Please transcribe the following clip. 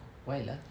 why lah